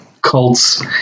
cults